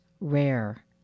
rare